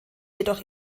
jedoch